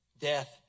death